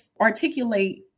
articulate